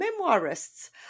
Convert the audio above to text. memoirists